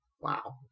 Wow